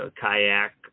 kayak